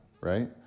right